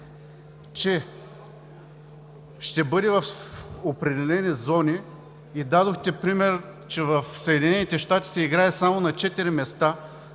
че ще бъде в определени зони и дадохте пример, че в Съединените щати се играе само на четири места,